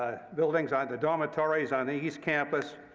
buildings, ah the dormitories on the east campus,